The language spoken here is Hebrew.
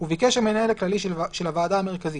וביקש המנהל הכללי של הוועדה המרכזית,